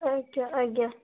ଆଜ୍ଞା ଆଜ୍ଞା